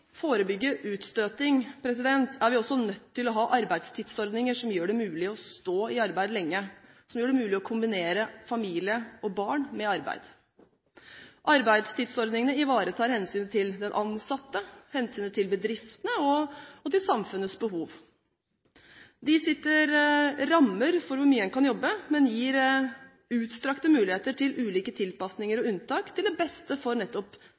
forebygge utstøting, er vi også nødt til å ha arbeidstidsordninger som gjør det mulig å stå i arbeid lenge, og som gjør det mulig å kombinere familie og barn med arbeid. Arbeidstidsordningene ivaretar hensynet til den ansatte, hensynet til bedriftene og til samfunnets behov. De setter rammer for hvor mye en kan jobbe, men gir utstrakte muligheter til ulike tilpasninger og unntak til beste for nettopp